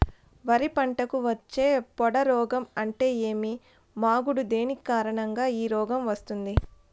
వరి పంటకు వచ్చే పొడ రోగం అంటే ఏమి? మాగుడు దేని కారణంగా ఈ రోగం వస్తుంది?